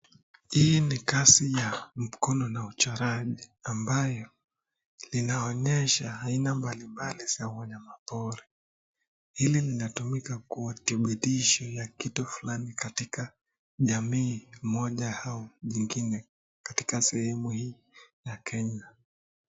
Hii ni kazi ya mkono na uchoraji ambayo linaonyesha aina mbalimbali za wanyama pori. Hili linatumika kuwa dhibitisho ya kitu fulani katika jamii moja au nyingine katika sehemu hii ya Kenya.